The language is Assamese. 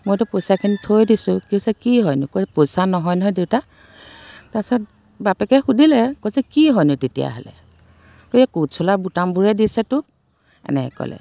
মইতো পইচাখিনি থৈয়ে দিছোঁ পিছে কি হয়নো কয় পইচা নহয় নহয় দেউতা তাৰ পাছত বাপেকে সুধিলে কৈছে কি হয়নো তেতিয়াহ'লে সেই কোট চোলাৰ বুটামবোৰহে দিছে তোক এনেকৈ ক'লে